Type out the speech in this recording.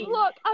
Look